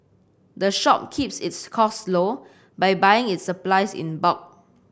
the shop keeps its costs low by buying its supplies in bulk